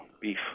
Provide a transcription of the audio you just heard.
beef